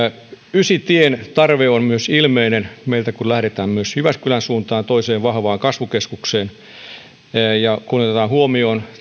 ysitien tarve on myös ilmeinen meiltä kun lähdetään myös jyväskylän suuntaan toiseen vahvaan kasvukeskukseen kun otetaan huomioon